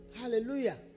Hallelujah